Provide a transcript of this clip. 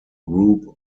group